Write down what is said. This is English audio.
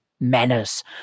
manners